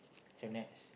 so next